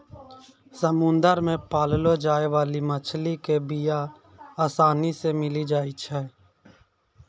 समुद्र मे पाललो जाय बाली मछली के बीया आसानी से मिली जाई छै